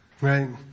right